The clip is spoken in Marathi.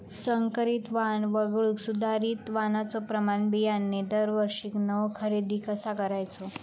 संकरित वाण वगळुक सुधारित वाणाचो प्रमाण बियाणे दरवर्षीक नवो खरेदी कसा करायचो?